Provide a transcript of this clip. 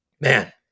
man